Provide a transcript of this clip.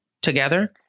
together